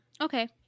okay